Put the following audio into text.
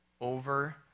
Over